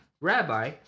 Rabbi